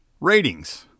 Ratings